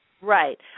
Right